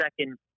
second